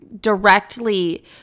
directly